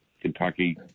Kentucky